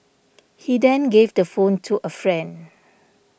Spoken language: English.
he then gave the phone to a friend